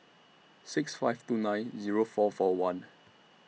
six five two nine Zero four four one